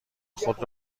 خود